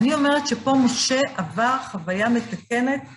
אני אומרת שפה משה עבר חוויה מתקנת.